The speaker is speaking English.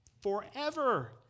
forever